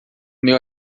meu